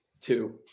two